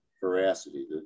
Veracity